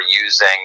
using